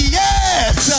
yes